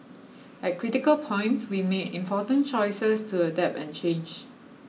at critical points we made important choices to adapt and change